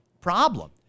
problem